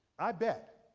i bet,